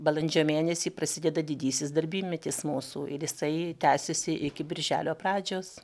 balandžio mėnesį prasideda didysis darbymetis mūsų ir jisai tęsiasi iki birželio pradžios